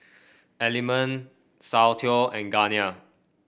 Element Soundteoh and Garnier